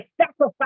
sacrifice